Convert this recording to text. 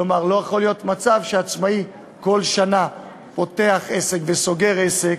לא חלילה משום שהעקרונות שביסודה אינם נכונים,